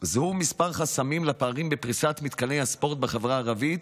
זוהו כמה חסמים לפריסת מתקני הספורט בחברה הערבית,